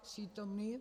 Přítomný?